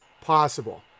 possible